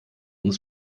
uns